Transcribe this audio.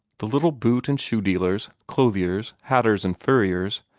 the little boot and shoe dealers, clothiers, hatters, and furriers,